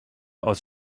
aus